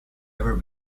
ever